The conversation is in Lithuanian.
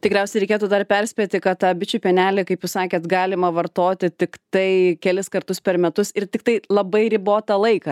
tikriausiai reikėtų dar perspėti kad tą bičių pienelį kaip jūs sakėt galima vartoti tiktai kelis kartus per metus ir tiktai labai ribotą laiką